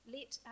Let